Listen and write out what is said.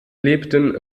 lebten